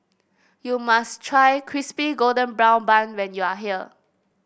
you must try Crispy Golden Brown Bun when you are here